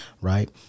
right